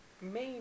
main